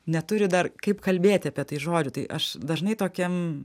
neturi dar kaip kalbėti apie tai žodžiu tai aš dažnai tokiam